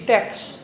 Text